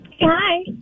Hi